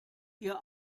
ihr